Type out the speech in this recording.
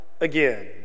again